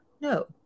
No